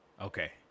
Okay